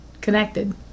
Connected